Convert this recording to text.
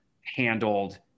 handled